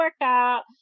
workout